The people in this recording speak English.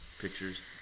pictures